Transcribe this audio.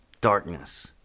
darkness